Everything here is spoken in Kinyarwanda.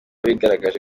bigaragaje